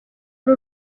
ari